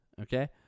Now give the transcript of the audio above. Okay